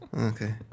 Okay